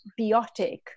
biotic